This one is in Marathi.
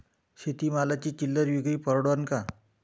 शेती मालाची चिल्लर विक्री परवडन का?